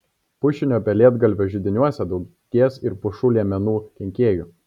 pušinio pelėdgalvio židiniuose daugės ir pušų liemenų kenkėjų